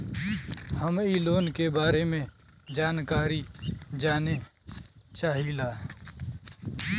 हम इ लोन के बारे मे जानकारी जाने चाहीला?